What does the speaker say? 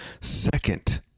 second